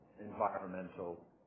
environmental